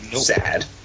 Sad